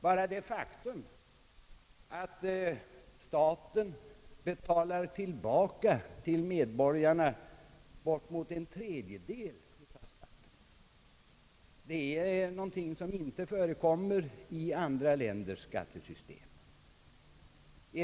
Bara det faktum att staten betalar tillbaka till medborgarna bortemot en tredjedel av skatten är någonting som inte förekommer i andra länders skattesystem.